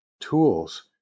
tools